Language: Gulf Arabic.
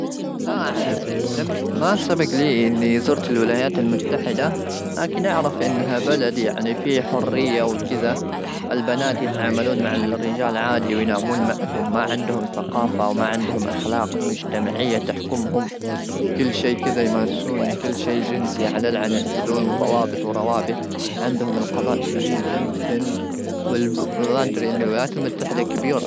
لا اعلم ما سبق لي اني زرت الولايات المتحده, لكن اعرف انها بلد يعني في حريه وكذا ,والبنات يتعاملون مع الرجال عادي ,وينامون معهم ما عندهم ثقافه ,وما عندهم اخلاق مجتمعيه تحكمهم كل شيء كذا ,يمارسون كل شيء جنسي على العنب بدون ضوابط وروابط عندهم القضاء شديد جدا والغدر من الولايات المتحده كبيره